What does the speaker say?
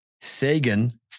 Sagan